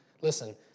Listen